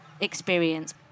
experience